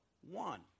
one